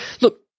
Look